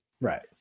right